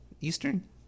Eastern